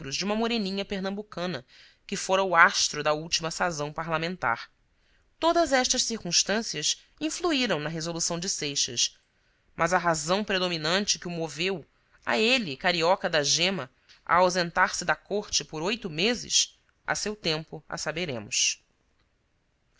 de uma moreninha pernambucana que fora o astro da última sazão parlamentar todas estas circunstâncias influíram na resolução de seixas mas a razão predominante que o moveu a ele carioca da gema a ausentar-se da corte por oito meses a seu tempo a saberemos